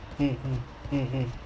mmhmm mmhmm mm